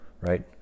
right